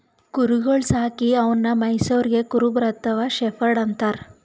ಕುರಿಗೊಳ್ ಸಾಕಿ ಅವನ್ನಾ ಮೆಯ್ಸವರಿಗ್ ಕುರುಬ ಅಥವಾ ಶೆಫರ್ಡ್ ಅಂತಾರ್